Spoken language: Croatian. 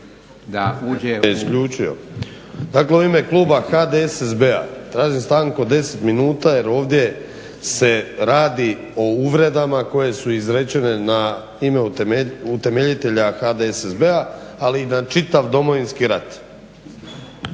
(HDSSB)** Dakle u ime kluba HDSSB-a tražim stanku od 10 minuta jer ovdje se radi o uvredama koje su izrečene na ime utemeljitelja HDSSB-a, ali i na čitav Domovinski rat.